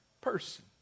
person